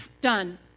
done